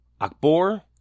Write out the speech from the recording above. Akbor